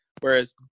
whereas